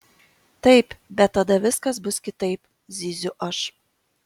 taip bet tada viskas bus kitaip zyziu aš